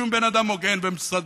שום בן אדם הוגן וסביר.